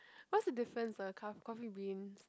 what's the difference ah caf~ Coffee Beans